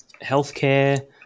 healthcare